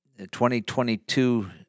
2022